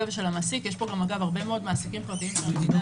יש כאן הרבה מאוד מעסיקים פרטיים שהמדינה